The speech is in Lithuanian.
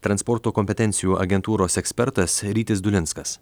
transporto kompetencijų agentūros ekspertas rytis dulinskas